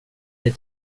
vet